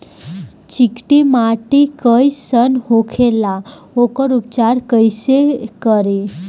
चिकटि माटी कई सन होखे ला वोकर उपचार कई से करी?